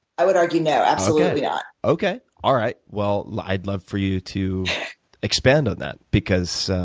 i would argue no, absolutely. yeah okay, all right. well, i'd love for you to expand on that because